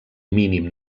mínim